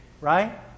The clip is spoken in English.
Right